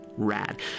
rad